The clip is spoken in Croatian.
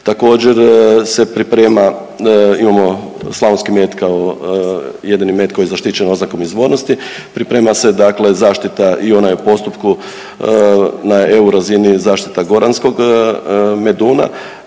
Također se priprema, imamo slavonski med kao jedini med koji je zaštićen oznakom izvornosti. Priprema se, dakle zaštita i ona je u postupku na EU razini zaštita goranskog meduna